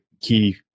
key